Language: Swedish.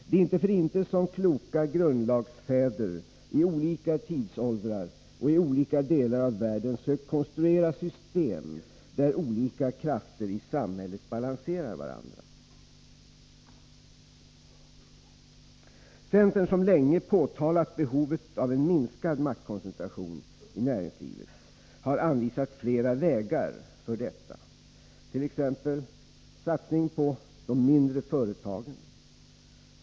Det är inte för inte som kloka grundlagsfäder i olika tidsåldrar och i olika delar av världen sökt konstruera system där olika krafter i samhället balanserar varandra. Centern, som sedan länge påtalat behovet av en minskad maktkoncentration inom näringslivet, har anvisat flera vägar för detta, t.ex. — Satsning på de mindre företagen.